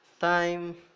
Time